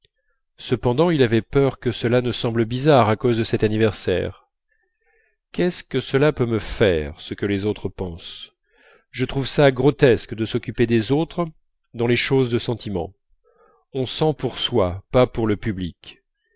cependant il avait peur que cela ne semble bizarre à cause de cet anniversaire qu'est-ce que cela peut me faire ce que les autres pensent je trouve ça grotesque de s'occuper des autres dans les choses de sentiment on sent pour soi pas pour le public